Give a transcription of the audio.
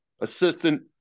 assistant